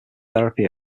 therapy